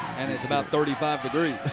and it's about thirty five degrees.